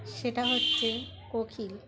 সেটা হচ্ছে কোকিল